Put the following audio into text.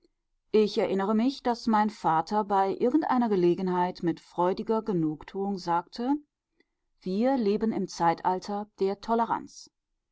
ich erinnere mich daß mein vater bei irgendeiner gelegenheit mit freudiger genugtuung sagte wir leben im zeitalter der toleranz